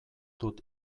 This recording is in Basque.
dut